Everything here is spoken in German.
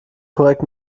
korrekt